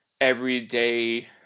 everyday